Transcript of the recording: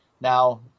Now